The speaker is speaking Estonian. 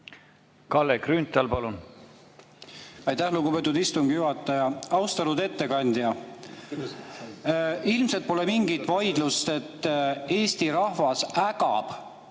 Kalle Grünthal, palun! Aitäh, lugupeetud istungi juhataja! Austatud ettekandja! Ilmselt pole mingit vaidlust, et Eesti rahvas ägab